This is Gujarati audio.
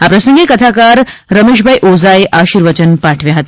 આ પ્રસંગે કથાકાર રમેશ ઓઝાએ આર્શીવચન પાઠવ્યા હતા